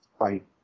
right